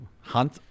hunt